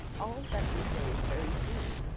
all that you say is very true,